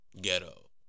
ghetto